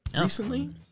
recently